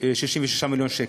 36 מיליון שקל.